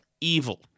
evil